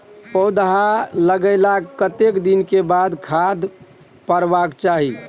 पौधा लागलाक कतेक दिन के बाद खाद परबाक चाही?